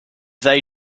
they